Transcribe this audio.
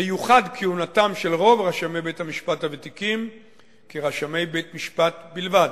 תיוחד כהונתם של רוב רשמי בית-המשפט הוותיקים כרשמי בית-משפט בלבד,